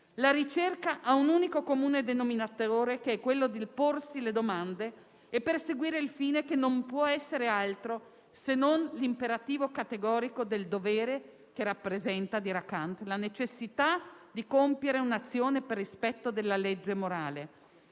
La ricerca ha un unico comune denominatore, che è quello di porsi le domande e perseguire il fine che non può essere altro se non l'imperativo categorico del dovere che rappresenta - dirà Kant - la necessità di compiere un'azione per rispetto della legge morale.